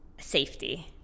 safety